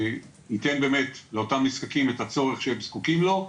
שייתן באמת לאותם נזקקים את הצורך שהם זקוקים לו,